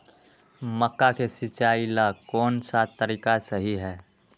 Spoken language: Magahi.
मक्का के सिचाई ला कौन सा तरीका सही है?